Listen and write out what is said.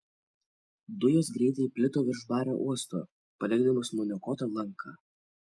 dujos greitai plito virš bario uosto palikdamos nuniokotą lanką